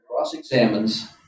cross-examines